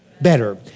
Better